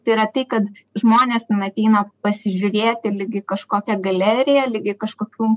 tai yra tai kad žmonės ten ateina pasižiūrėti lyg į kažkokią galeriją lyg į kažkokių